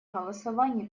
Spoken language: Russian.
голосовании